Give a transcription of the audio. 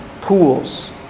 pools